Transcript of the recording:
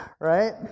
Right